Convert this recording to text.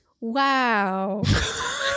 Wow